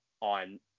on